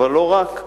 אבל לא רק הוא,